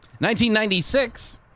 1996